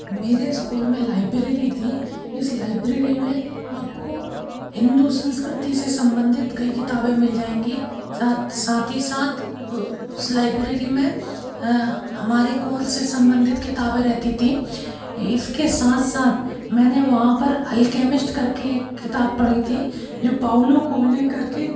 मेरे इस्कूल में लाइब्रेरी थी इस लाइब्रेरी में आप को हिन्दू संस्कृति से संबंधित कई किताबें मिल जाएंगी साथ साथ ही साथ उस लाइब्रेरी में हें हमारे कोर से संबंधित किताबें रहती थी इसके साथ साथ मैंने वहाँ पर अलकैमिस्ट कर के एक किताब पढ़ी थी जो पाउलो कोएले कर के